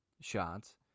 shots